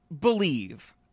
believe